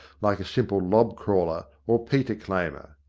like a simple lob-crawler or peter claimer.